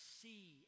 see